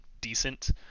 decent